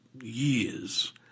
years